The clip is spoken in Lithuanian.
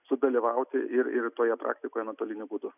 sudalyvauti ir ir toje praktikoje nuotoliniu būdu